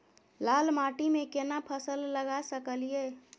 लाल माटी में केना फसल लगा सकलिए?